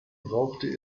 brauchte